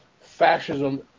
fascism